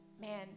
man